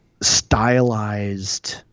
stylized